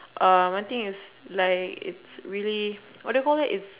um I think is like is really what do you call it it's